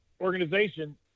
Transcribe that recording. organization